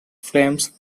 flames